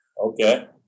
Okay